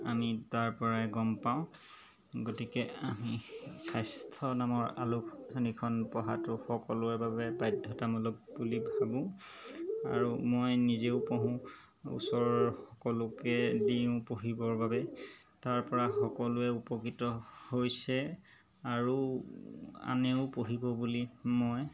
আমি তাৰ পৰাই গম পাওঁ গতিকে আমি স্বাস্থ্য নামৰ আলোচনীখন পঢ়াটো সকলোৰে বাবে বাধ্যতামূলক বুলি ভাবোঁ আৰু মই নিজেও পঢ়োঁ ওচৰৰ সকলোকে দিওঁ পঢ়িবৰ বাবে তাৰ পৰা সকলোৱে উপকৃত হৈছে আৰু আনেও পঢ়িব বুলি মই